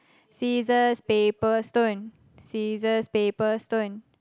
scissors paper stone scissors paper stone